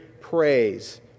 praise